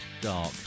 dark